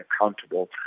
accountable